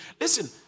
Listen